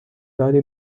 داری